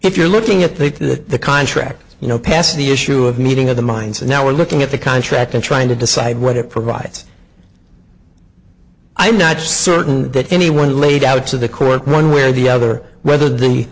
if you're looking at think that the contract you know past the issue of meeting of the minds and now we're looking at the contract and trying to decide what it provides i'm not certain that anyone laid out to the court one way or the other whether the